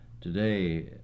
today